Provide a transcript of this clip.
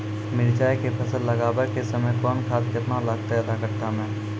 मिरचाय के फसल लगाबै के समय कौन खाद केतना लागतै आधा कट्ठा मे?